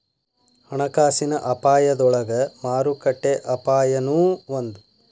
ಹಣಕಾಸಿನ ಅಪಾಯದೊಳಗ ಮಾರುಕಟ್ಟೆ ಅಪಾಯನೂ ಒಂದ್